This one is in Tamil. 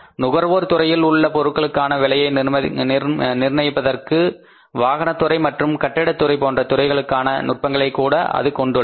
நுகர்வோர் துறையில் உள்ள பொருட்களுக்கான விலையை நிர்ணயிப்பதற்கு வாகனத் துறை மற்றும் கட்டிடத் துறை போன்ற துறைகளுக்கான நுட்பங்களை கூட அது கொண்டுள்ளது